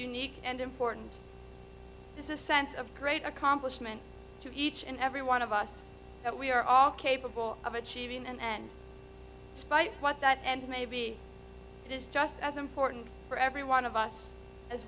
unique and important this is a sense of great accomplishment to each and every one of us that we are all capable of achieving and despite what that and maybe it is just as important for every one of us as